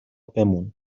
بمون